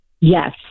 Yes